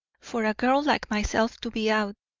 for a girl like myself to be out,